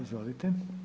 Izvolite.